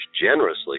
generously